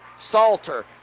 Salter